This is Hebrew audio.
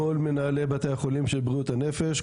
כל מנהלי בתי החולים של בריאות הנפש,